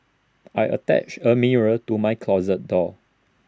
I attached A mirror to my closet door